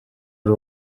ari